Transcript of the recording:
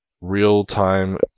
real-time